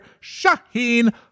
Shaheen